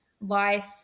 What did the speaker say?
life